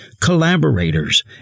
collaborators